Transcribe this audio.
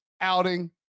outing